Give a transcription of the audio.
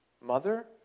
mother